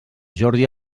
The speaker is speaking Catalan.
jordi